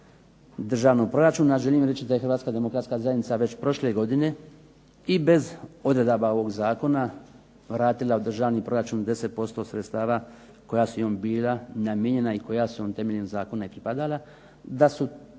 državnog proračuna želim reći da je Hrvatska demokratska zajednica već prošle godine i bez odredaba ovog zakona vratila u državni proračun 10% sredstava koja su im bila namijenjena i koja su im temeljem zakona i pripadala, da su